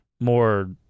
more